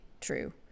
true